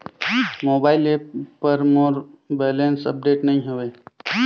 mobile app पर मोर balance update नई हवे